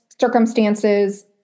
circumstances